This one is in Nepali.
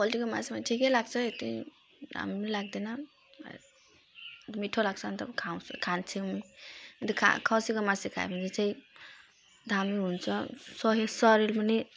पोल्ट्रीको मासुमा ठिकै लाग्छ यत्ति राम्रो लाग्दैन मिठो लाग्छ अन्त खुवाउँछु खान्छौँ अन्त खा खसीको मासु खायो भने चाहिँ दामी हुन्छ सेहत शरीर पनि